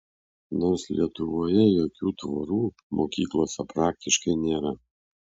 nors lietuvoje jokių tvorų mokyklose praktiškai nėra